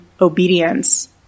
obedience